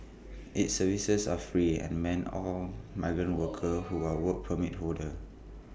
its services are free and meant all migrant worker who are Work Permit holder